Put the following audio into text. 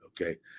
okay